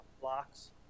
blocks